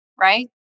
right